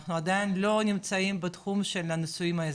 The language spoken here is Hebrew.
אנחנו עדיין לא נמצאים בתחום של הנישואים האזרחיים,